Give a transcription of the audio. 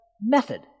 method